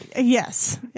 Yes